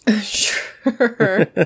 Sure